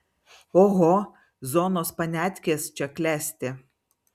oho zonos paniatkės čia klesti